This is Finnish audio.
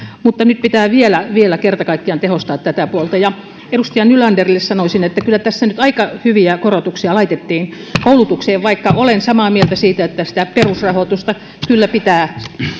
mutta nyt pitää vielä vielä kerta kaikkiaan tehostaa tätä puolta ja edustaja nylanderille sanoisin että kyllä tässä nyt aika hyviä korotuksia laitettiin koulutukseen vaikka olen samaa mieltä siitä että sitä perusrahoitusta kyllä pitää